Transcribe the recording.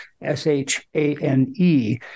S-H-A-N-E